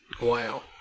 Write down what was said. Wow